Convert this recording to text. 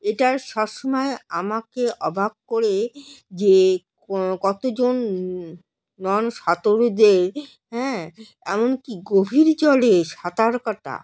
এটা সবসময় আমাকে অবাক করে যে কতজন নন সাঁতারুদের হ্যাঁ এমন কি গভীর জলে সাঁতার কাটা